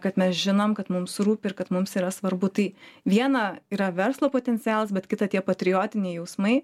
kad mes žinom kad mums rūpi ir kad mums yra svarbu tai viena yra verslo potencialas bet kita tie patriotiniai jausmai